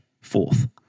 fourth